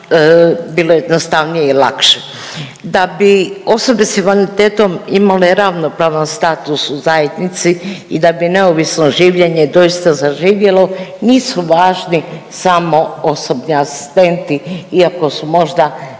bilo jednostavnije i lakše. Da bi osobe s invaliditetom imale ravnopravan status u zajednici i da bi neovisno življenje doista zaživjelo nisu važni samo osobni asistenti iako su možda